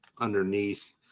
underneath